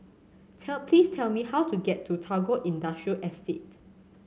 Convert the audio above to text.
tell please tell me how to get to Tagore Industrial Estate